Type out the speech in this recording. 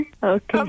Okay